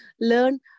learn